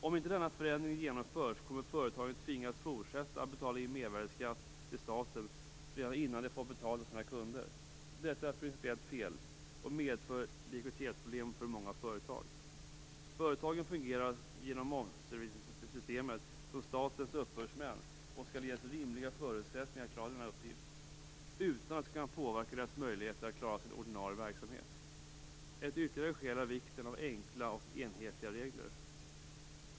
Om inte denna förändring genomförs kommer företagen att tvingas fortsätta att betala in mervärdesskatt till staten redan innan de har fått betalt av sina kunder. Detta är principiellt fel och medför likviditetsproblem för många företag. Genom momsredovisningssystemet fungerar företagen som statens uppbördsmän och skall ges rimliga förutsättningar att klara denna uppgift utan att det skall påverka deras möjligheter att klara sin ordinarie verksamhet. Ytterligare ett skäl är vikten av enkla och enhetliga regler.